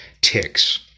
ticks